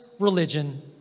religion